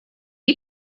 you